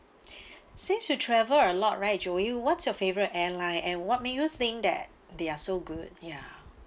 since you travel a lot right joey what's your favourite airline and what make you think that they are so good ya